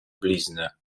blizny